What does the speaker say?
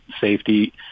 safety